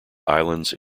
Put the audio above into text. islands